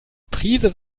prise